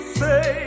say